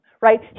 right